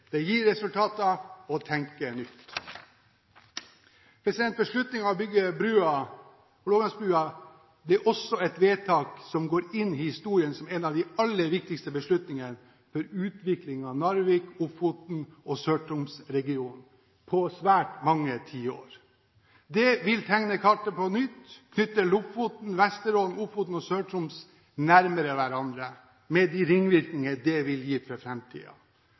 Det gir resultater å tenke nytt. Beslutningen om å bygge Hålogalandsbrua er et vedtak som går inn i historien som en av de aller viktigste beslutningene for utviklingen av Narvik-, Ofoten- og Sør-Troms-regionen på svært mange tiår. Det vil tegne kartet på nytt og knytte Lofoten, Vesterålen, Ofoten og Sør-Troms nærmere hverandre, med de ringvirkningene det vil gi for